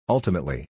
Ultimately